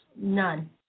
None